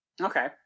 Okay